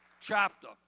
chapter